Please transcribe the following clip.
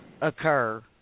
occur